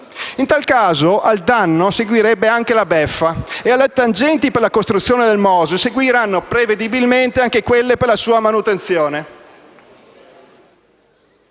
In tal caso, al danno seguirebbe anche la beffa e alle tangenti per la costruzione del MOSE seguiranno anche quelle per la sua manutenzione.